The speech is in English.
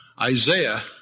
Isaiah